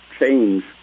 change